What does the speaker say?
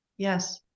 Yes